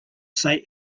say